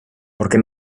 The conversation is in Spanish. porque